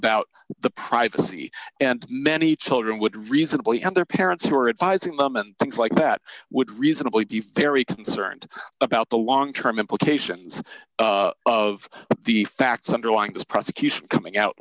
about the privacy and many children would reasonably and their parents who were advising them and things like that would reasonably be fairy concerned about the long term implications of the facts underlying this prosecution coming out